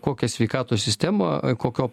kokią sveikatos sistemą kokio